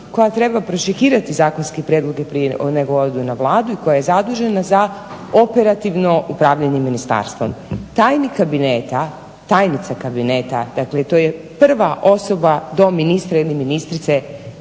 koja treba pročekirati zakonske prijedloge prije nego odu na Vladu i koja je zadužena za operativno upravljanje ministarstvom. Tajnik kabineta, tajnica kabineta dakle to je prva osoba do ministra ili ministrice